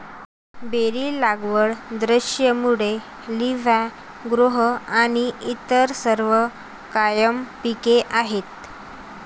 berry लागवड, द्राक्षमळे, olive grove आणि इतर सर्व कायम पिके आहेत